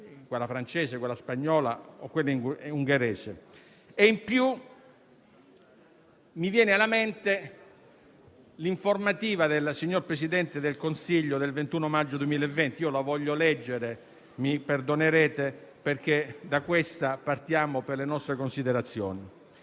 (quella francese, quella spagnola o quella ungherese). In più, mi viene in mente l'informativa del signor Presidente del Consiglio del 21 maggio 2020, che voglio leggere - mi perdonerete - perché da essa partiamo per le nostre considerazioni.